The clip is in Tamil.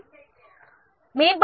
குழு மேம்படுத்த வேண்டுமா